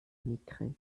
mickrig